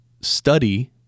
study